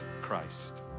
Christ